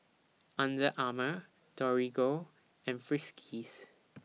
Under Armour Torigo and Friskies